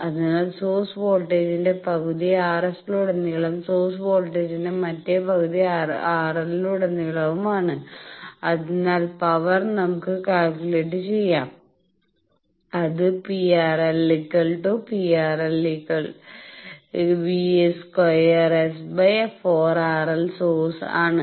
അതിനാൽ സോഴ്സ് വോൾട്ടേജിന്റെ പകുതി RS ലുടനീളവും സോഴ്സ് വോൾട്ടേജിന്റെ മറ്റേ പകുതി RL ലുടനീളവുമാണ് അതിനാൽ പവർ നമുക്ക് കാൽക്കുലേറ്റ് ചെയാം അത് PᴿL PᴿLV²ₛ4RL സോഴ്സ് ആണ്